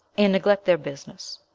and neglect their business.